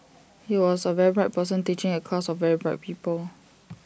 here was A very bright person teaching A class of very bright people